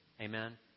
Amen